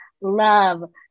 love